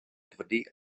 tvrdý